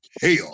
hell